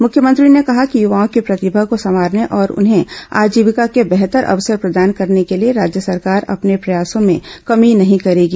मुख्यमंत्री ने कहा कि युवाओं की प्रतिमा को सवारने और उन्हें आजीविका के बेहतर अवसर प्रदान करने के लिए राज्य सरकार अपने प्रयासों में कमी नहीं करेगी